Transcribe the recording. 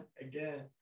again